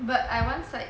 but I one side